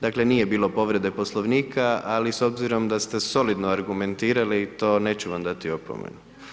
Dakle nije bilo povrede poslovnika, ali s obzirom da te solidno argumentirali i to neću vam dati opomenu.